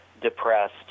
depressed